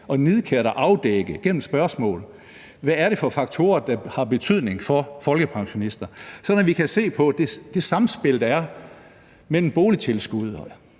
og nidkært gennem spørgsmål at afdække, hvad det er for faktorer, der har betydning for folkepensionister, sådan at vi kan se på det samspil, der er mellem boligtilskud